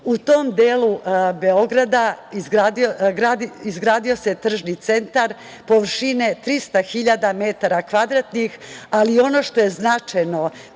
U tom delu Beograda izgradio se tržni centar površine 300.000 metara kvadratnih, ali ono što je značajno